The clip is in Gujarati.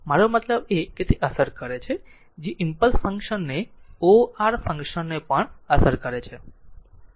મારો મતલબ કે તે અસર કરે છે જે ઈમ્પલસ ફંક્શન ને o r ફંક્શન ને પણ અસર કરે છે